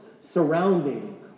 surrounding